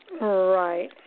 right